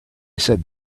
said